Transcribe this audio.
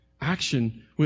Action